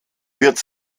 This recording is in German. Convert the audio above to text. wird